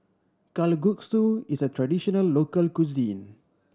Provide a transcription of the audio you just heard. kalguksu is a traditional local cuisine